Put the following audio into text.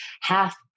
half